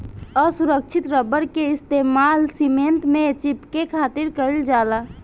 असुरक्षित रबड़ के इस्तेमाल सीमेंट में चिपके खातिर कईल जाला